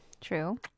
True